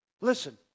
Listen